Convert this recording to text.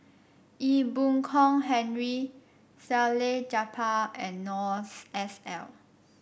Ee Boon Kong Henry Salleh Japar and Noor S L